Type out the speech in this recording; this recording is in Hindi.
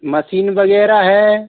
मसीन वगैरह है